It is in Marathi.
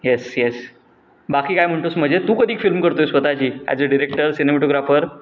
येस येस बाकी काय म्हणतो आहेस मजेत तू कधी फिल्म करतो आहे स्वतःची ॲज अ डिरेक्टर सिनेमटोग्राफर